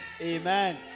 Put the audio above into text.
Amen